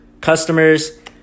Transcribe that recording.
customers